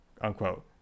unquote